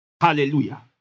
Hallelujah